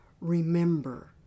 remember